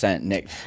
Nick